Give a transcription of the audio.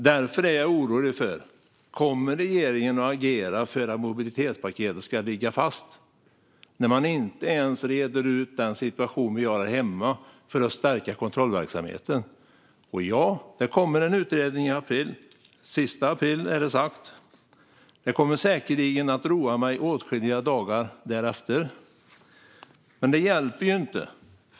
Därför är jag orolig för om regeringen kommer att agera för att mobilitetspaketet ska ligga fast, när man inte ens reder ut den situation som finns här hemma för att stärka kontrollverksamheten. Ja, det kommer en utredning den 30 april är det sagt. Den kommer säkerligen att roa mig åtskilliga dagar därefter. Men det hjälper inte.